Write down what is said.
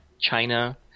china